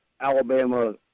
Alabama